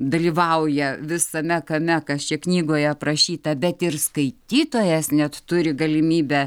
dalyvauja visame kame kas čia knygoj aprašyta bet ir skaitytojas net turi galimybę